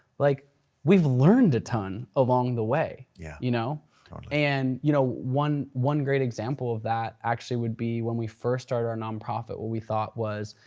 like we've learned a ton along the way. yeah you know and you know one one great example of that actually would be when we first started our non-profit, what we thought was,